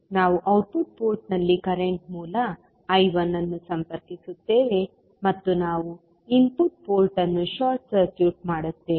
ನಾವು ಔಟ್ಪುಟ್ ಪೋರ್ಟ್ನಲ್ಲಿ ಕರೆಂಟ್ ಮೂಲ I2 ಅನ್ನು ಸಂಪರ್ಕಿಸುತ್ತೇವೆ ಮತ್ತು ನಾವು ಇನ್ಪುಟ್ ಪೋರ್ಟ್ ಅನ್ನು ಶಾರ್ಟ್ ಸರ್ಕ್ಯೂಟ್ ಮಾಡುತ್ತೇವೆ